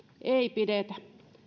ei pidetä